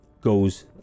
goes